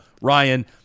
Ryan